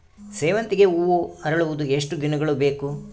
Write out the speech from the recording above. ಸೇವಂತಿಗೆ ಹೂವು ಅರಳುವುದು ಎಷ್ಟು ದಿನಗಳು ಬೇಕು?